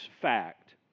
fact